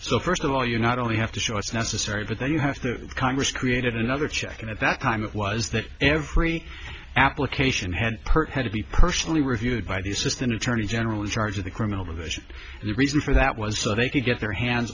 so first of all you not only have to show it's necessary but then you have the congress created another check and at that time it was that every application head hurt had to be personally reviewed by the assistant attorney general in charge of the criminal division and the reason for that was so they could get their hands